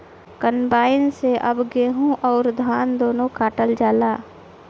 combine से अब गेहूं अउर धान दूनो काटल जाला